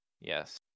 yes